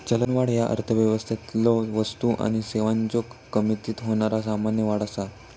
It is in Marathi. चलनवाढ ह्या अर्थव्यवस्थेतलो वस्तू आणि सेवांच्यो किमतीत होणारा सामान्य वाढ असा